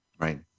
Right